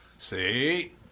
See